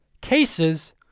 cases